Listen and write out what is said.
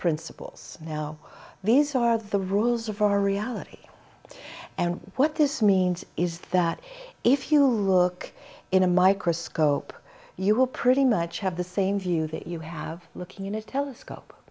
principles now these are the rules of our reality and what this means is that if you look in a microscope you will pretty much have the same view that you have looking in a telescope